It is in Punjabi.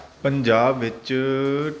ਪੰਜਾਬ ਵਿੱਚ